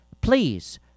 please